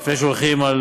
לפני שהולכים על